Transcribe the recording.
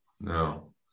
no